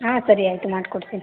ಹಾಂ ಸರಿ ಆಯಿತು ಮಾಡ್ಕೊಡ್ತೀನಿ